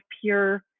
pure